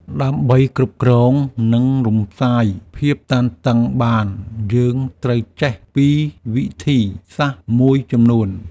ដើម្បីគ្រប់គ្រង និងរំសាយភាពតានតឹងបាន យើងត្រូវចេះពីវិធីសាស្ត្រមួយចំនួន។